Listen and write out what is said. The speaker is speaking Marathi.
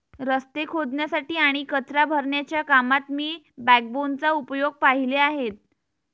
रस्ते खोदण्यासाठी आणि कचरा भरण्याच्या कामात मी बॅकबोनचा उपयोग पाहिले आहेत